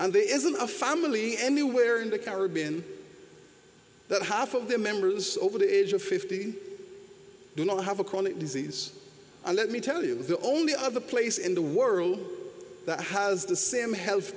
and there isn't a family anywhere in the caribbean that half of the members over the age of fifty do not have a chronic disease and let me tell you that the only other place in the world that has the same health